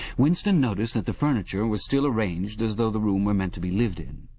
winston noticed that the furniture was still arranged as though the room were meant to be lived in.